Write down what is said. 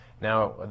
Now